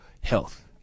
health